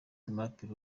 umuraperi